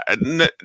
no